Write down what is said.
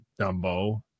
Dumbo